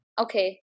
okay